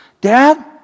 Dad